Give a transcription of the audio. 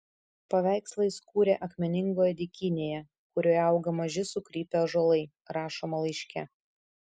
paveikslą jis kūrė akmeningoje dykynėje kurioje auga maži sukrypę ąžuolai rašoma laiške